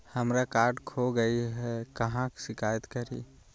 हमरा कार्ड खो गई है, कहाँ शिकायत करी?